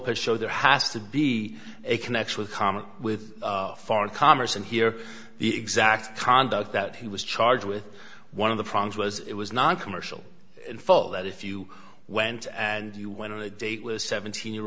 lopez show there has to be a connection with common with foreign commerce and here the exact conduct that he was charged with one of the problems was it was noncommercial info that if you went and you went on a date with a seventeen year